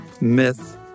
Myth